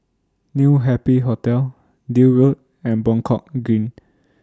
New Happy Hotel Deal Road and Buangkok Green